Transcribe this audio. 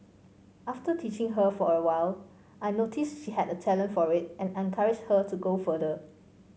after teaching her for a while I noticed she had a talent for it and encouraged her to go further